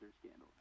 scandal